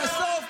בסוף,